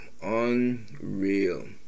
Unreal